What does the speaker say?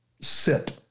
sit